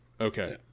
Okay